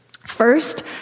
First